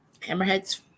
Hammerheads